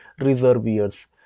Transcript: reservoirs